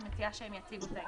אני מציעה שהם יציגו את העניין.